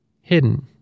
hidden